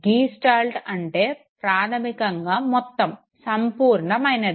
gestalt అంటే ప్రాధమికంగా మొత్తం సంపూర్ణమైనది